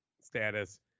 status